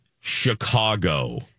Chicago